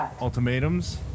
Ultimatums